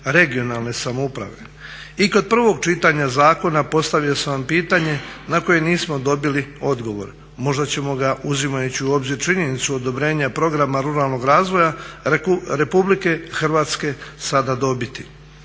(regionalne) samouprave. I kod prvog čitanja zakona postavio sam vam pitanje na koje nismo dobili odgovor. Možda ćemo ga uzimajući u obzir činjenicu odobrenje programa ruralnog razvoja Republike Hrvatske sada dobiti.